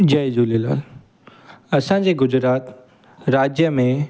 जय झूलेलाल असांजे गुजरात राज्य में